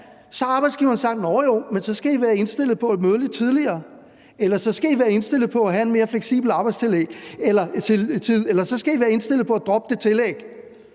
Så har arbejdsgiveren sagt: Nå jo, men så skal I være indstillet på at møde lidt tidligere, eller I skal været indstillet på at have en mere fleksibel arbejdstid, eller også skal I være indstillet på at droppe det tillæg.